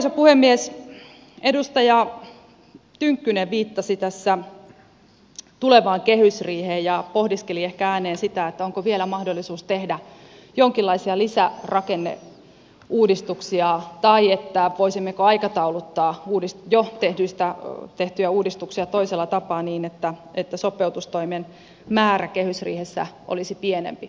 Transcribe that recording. sitten arvoisa puhemies edustaja tynkkynen viittasi tulevaan kehysriiheen ja pohdiskeli ehkä ääneen sitä onko vielä mahdollisuus tehdä jonkinlaisia lisärakenneuudistuksia tai voisimmeko aikatauluttaa jo tehtyjä uudistuksia toisella tapaa niin että sopeutustoimien määrä kehysriihessä olisi pienempi